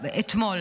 אתמול.